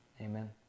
amen